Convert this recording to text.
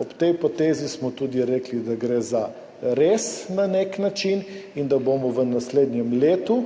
Ob tej potezi smo tudi rekli, da gre zares, na nek način, in da bomo v naslednjem letu